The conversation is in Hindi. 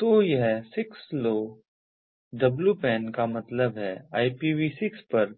तो यह 6LoWPAN का मतलब है IPV6 पर